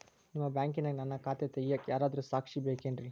ನಿಮ್ಮ ಬ್ಯಾಂಕಿನ್ಯಾಗ ನನ್ನ ಖಾತೆ ತೆಗೆಯಾಕ್ ಯಾರಾದ್ರೂ ಸಾಕ್ಷಿ ಬೇಕೇನ್ರಿ?